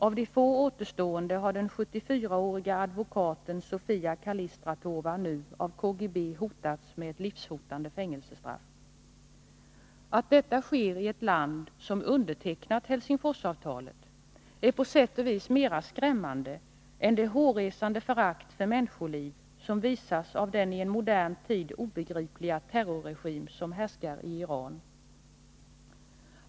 Av de få återstående har den 74-åriga advokaten Sofia Kalistratova nu av KGB hotats med livshotande fängelsestraff. Att detta sker i ett land som undertecknat Helsingforsavtalet är på sätt och vis mera skrämmande än det hårresande förakt för människoliv som visas av den ien modern tid obegripliga terrorregim som härskar i Iran.